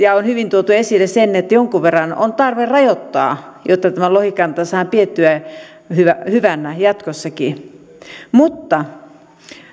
ja myöskin hyvin tuotiin esille se että jonkun verran on tarve rajoittaa jotta tämä lohikanta saadaan pidettyä hyvänä jatkossakin mutta